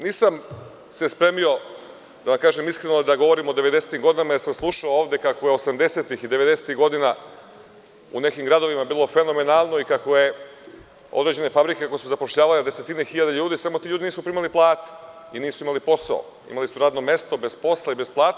Nisam se spremio, da vam kažem iskreno, da govorim o 90-im godinama jer sam slušao kako je 802-ih i 90-ih godina u nekim gradovima bilo fenomenalno i kako su određene fabrike zapošljavale desetine hiljada ljudi, samo ti ljudi nisu primali plate i nisu imali posao, imali su radno mesto bez posla i bez plate.